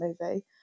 movie